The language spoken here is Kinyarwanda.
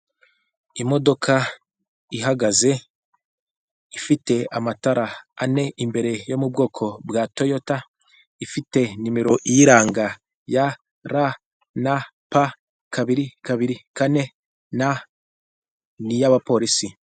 Imodoka ihagaze ifite amatara ane imbere yo mu bwoko bwa toyota ifite nimero iyiranga ya R na P kabiri kabiri kane ni iy'abapolisi.